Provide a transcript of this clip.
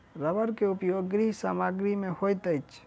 रबड़ के उपयोग गृह सामग्री में होइत अछि